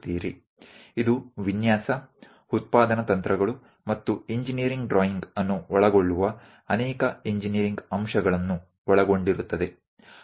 તેમાં ઘણા ઇજનેરી પાસાઓ જેવા કે ડિઝાઇન ઉત્પાદન તકનીકો અને એન્જિનિયરિંગ ડ્રોઈંગ ને ઇજનેરી ડ્રોઇંગ ને આવરી લેતી ઘણી વસ્તુઓ નો સમાવેશ થાય છે